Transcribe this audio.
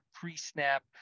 pre-snap